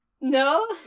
No